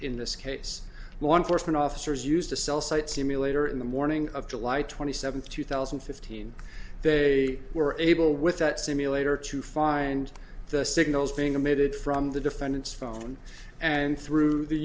in this case law enforcement officers used a cell site simulator in the morning of july twenty seventh two thousand and fifteen they were able with that simulator to find the signals being emitted from the defendant's phone and through the